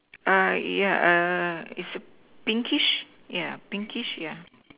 uh yeah err is a pinkish yeah pinkish yeah